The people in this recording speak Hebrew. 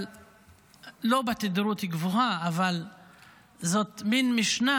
לא בתדירות גבוהה, אבל זאת מין משנה